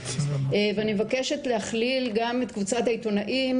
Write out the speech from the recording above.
ואני מבקשת להכליל גם את קבוצת העיתונאים